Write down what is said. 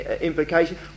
implication